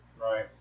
Right